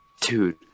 dude